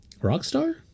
rockstar